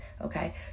okay